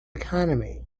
economy